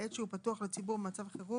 בעת שהוא פתוח לציבור במצב חירום,